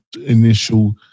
initial